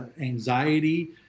anxiety